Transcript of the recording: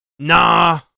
Nah